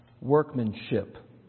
workmanship